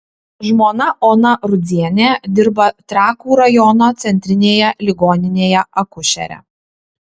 žmona ona rudzienė dirba trakų rajono centrinėje ligoninėje akušere